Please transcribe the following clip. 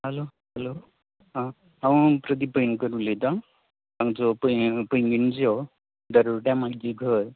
हालो hello आं हांव प्रदिप पैंगीणकर उलयता हांगचो पैंगीण पैंगीणचो दरवट्यां म्हजें घर